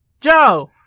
Joe